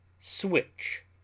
switch